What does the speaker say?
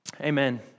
Amen